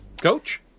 Coach